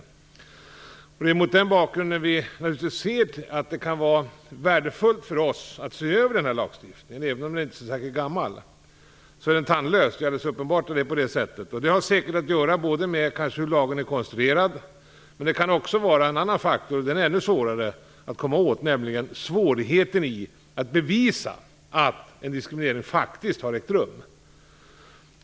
Det är naturligtvis mot den bakgrunden det kan vara värdefullt för oss att se över den här lagstiftningen. Även om den inte är särskilt gammal så är den tandlös. Det är alldeles uppenbart att det är på det sättet. Det har säkert att göra med hur lagen är konstruerad, men det kan också vara en annan faktor som spelar in, och den är ännu svårare att komma åt, nämligen svårigheten att bevisa att en diskriminering faktiskt har ägt rum.